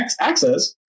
access